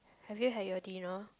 have you had your dinner